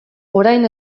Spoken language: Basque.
orain